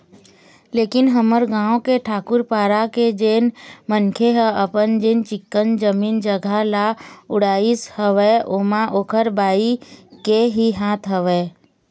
लेकिन हमर गाँव के ठाकूर पारा के जेन मनखे ह अपन जेन चिक्कन जमीन जघा ल उड़ाइस हवय ओमा ओखर बाई के ही हाथ हवय